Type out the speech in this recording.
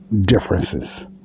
Differences